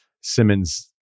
simmons